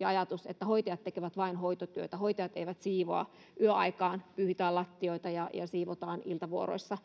ja ajatus että hoitajat tekevät vain hoitotyötä että hoitajat eivät siivoa yöaikaan ei pyyhitä lattioita eikä siivota iltavuoroissa